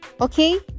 Okay